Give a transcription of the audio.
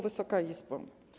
Wysoka Izbo!